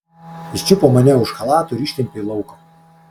jis čiupo mane už chalato ir ištempė į lauką